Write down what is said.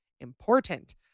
important